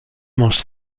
mange